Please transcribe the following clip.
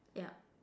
yup